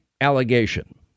allegation